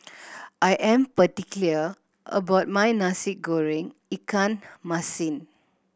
I am particular about my Nasi Goreng ikan masin